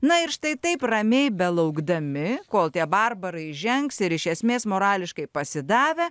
na ir štai taip ramiai belaukdami kol tie barbarai įžengs ir iš esmės morališkai pasidavę